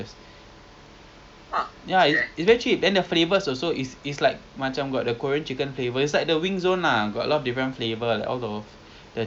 ah it will be nice right I went to the website just now then I saw they got a satay soup base laksa soup base I'm like !wah! confirm sedap ah macam gitu